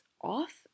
off